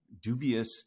dubious